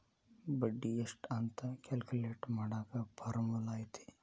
ಬಡ್ಡಿ ಎಷ್ಟ್ ಅಂತ ಕ್ಯಾಲ್ಕುಲೆಟ್ ಮಾಡಾಕ ಫಾರ್ಮುಲಾ ಐತಿ